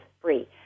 free